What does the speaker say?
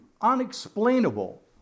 unexplainable